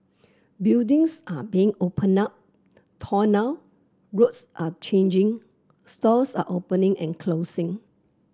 buildings are being opened up torn down roads are changing stores are opening and closing